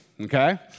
okay